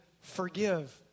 forgive